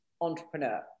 entrepreneur